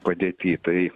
padėty tai